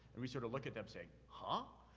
and we sort of look at them saying, huh?